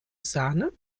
sahne